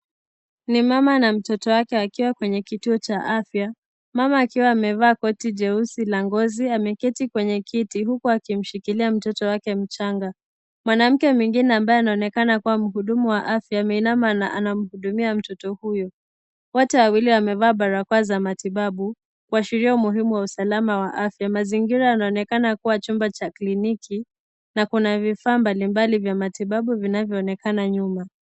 Ni mama na mtoto wake wakiwa kwenye kituo cha afya. Mama akiwa amevaa koti jeusi la ngozi ameketi kwenye kiti huku akimshikilia mtoto wake mchanga. Mwanamke mwingine ambaye anaonekana kuwa mhudumu wa afya ameinama na anamhudumia mtoto huyo, Wote wawili wamevaa barakoa za matibabu kuashiria umuhimu wa usalama wa afya. Mazingira yanaonekana kuwa chumba cha kliniki, na kuna vifaa mbalimbali vya matibabu vinavyoonekana nyuma.